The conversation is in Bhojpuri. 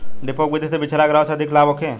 डेपोक विधि से बिचरा गिरावे से अधिक लाभ होखे?